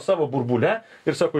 savo burbule ir sako